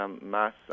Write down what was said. mass